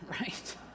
right